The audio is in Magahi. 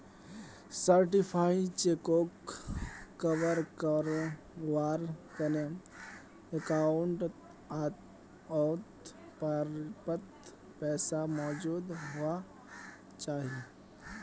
सर्टिफाइड चेकोक कवर कारवार तने अकाउंटओत पर्याप्त पैसा मौजूद हुवा चाहि